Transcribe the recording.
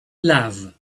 love